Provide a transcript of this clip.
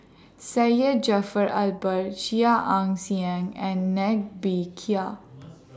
Syed Jaafar Albar Chia Ann Siang and Ng Bee Kia